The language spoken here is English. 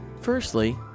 Firstly